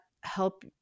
help